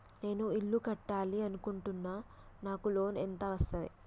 నేను ఇల్లు కట్టాలి అనుకుంటున్నా? నాకు లోన్ ఎంత వస్తది?